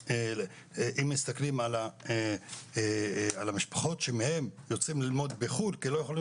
אם מסתכלים על המשפחות שמהן יוצאים ללמוד בחו"ל מכיוון שהם לא יכולים